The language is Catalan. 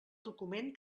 document